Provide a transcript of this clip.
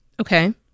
Okay